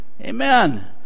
amen